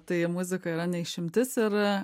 tai muzika yra ne išimtis ir